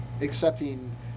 accepting